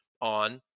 on